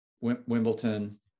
Wimbledon